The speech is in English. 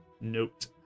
note